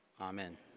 amen